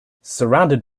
surrounded